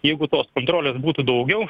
jeigu tos kontrolės būtų daugiau